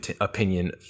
opinion